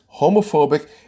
homophobic